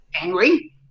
angry